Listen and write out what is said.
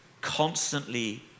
constantly